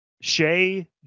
Shay